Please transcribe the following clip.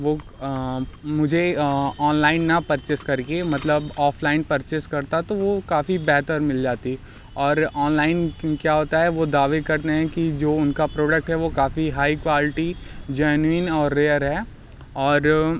वो मुझे ऑनलाइन ना परचेज़ करके मतलब ऑफ़लाइन परचेज़ करता तो वो काफ़ी बेहतर मिल जाती और ऑनलाइन क्या होता है वो दावे करने हैं कि जो उनका प्रोडक्ट है वो काफ़ी हाई क्वालटी जैनुइन और रेयर है और